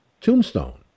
tombstone